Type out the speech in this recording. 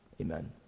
amen